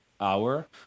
hour